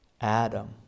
Adam